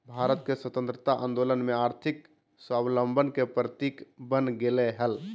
भारत के स्वतंत्रता आंदोलन में आर्थिक स्वाबलंबन के प्रतीक बन गेलय हल